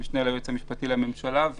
המשנה ליועץ המשפטי לממשלה.